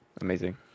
Amazing